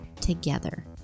together